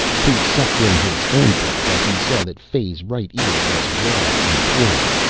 he sucked in his own breath as he saw that fay's right ear was raw and torn.